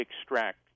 extract